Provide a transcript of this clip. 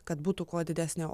kad būtų kuo didesnio